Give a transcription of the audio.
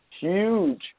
Huge